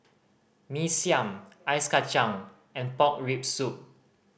Mee Siam Ice Kachang and pork rib soup